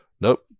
nope